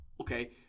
Okay